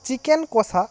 chicken কষা